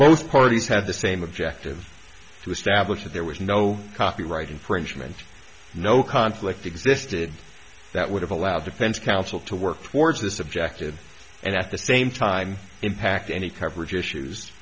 both parties have the same objective to establish that there was no copyright infringement no conflict existed that would have allowed defense counsel to work towards this objective and at the same time impact any coverage issues